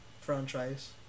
franchise